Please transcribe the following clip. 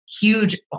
huge